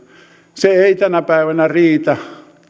se ei tänä päivänä riitä